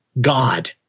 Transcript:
God